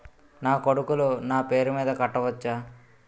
నా కొడుకులు నా పేరి మీద కట్ట వచ్చా?